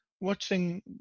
watching